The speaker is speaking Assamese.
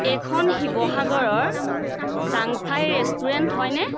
এইখন শিৱসাগৰৰ জাংফাই ৰেষ্টুৰেণ্ট হয়নে